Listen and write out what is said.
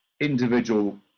individual